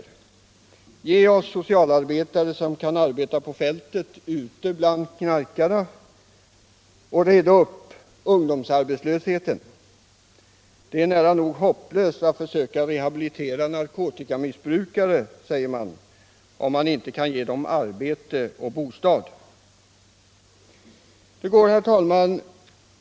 Det första är: Ge oss socialarbetare som kan arbeta bland knarkarna ute på fältet. Och det andra är: Red upp ungdomsarbetslösheten! Det är nära nog hopplöst att försöka rehabilitera narkotikamissbrukare, om vi inte kan ge dem arbete och bostad, säger man överallt.